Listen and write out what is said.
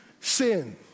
sin